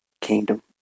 Kingdom